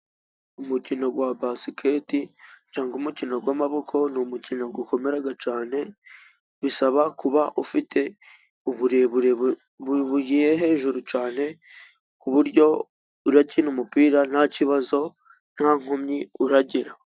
Umukino wa basiketi cyangwa umukino w'amaboko, ni umukino ukomera cyane. Bisaba kuba ufite uburebure bugiye hejuru cyane, kuburyo urakina umupira nta kibazo nta nkomyi uragira.